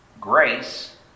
grace